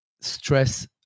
stress